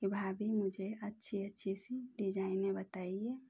कि भाभी मुझे अच्छी अच्छी सी डिज़ाइने बताइए